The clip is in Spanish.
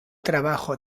trabajo